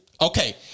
Okay